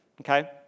Okay